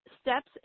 steps